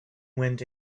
went